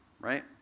right